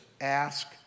Ask